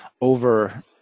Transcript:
over